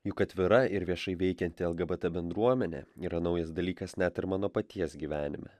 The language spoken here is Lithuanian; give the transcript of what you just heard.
juk atvira ir viešai veikianti lgbt bendruomenė yra naujas dalykas net ir mano paties gyvenime